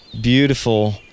beautiful